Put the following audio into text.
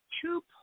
two